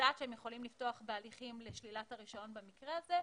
יודעת שהם יכולים לפתוח בהליכים לשלילת הרישיון במקרה הזה.